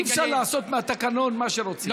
אי-אפשר לעשות מהתקנון מה שרוצים.